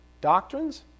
doctrines